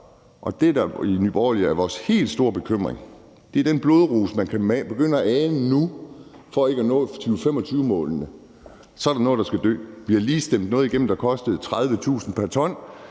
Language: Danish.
Det, der i Nye Borgerlige er vores helt store bekymring, er den blodrus, man kan begynde at ane nu, i forhold til ikke at nå 2025-målet. Så er der noget, der skal dø. Vi har lige stemt noget igennem, der kostede 30.000 kr. pr.